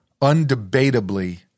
undebatably